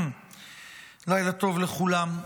לילה טוב לכולם.